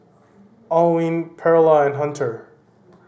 Alwine Perla and Hunter